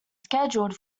scheduled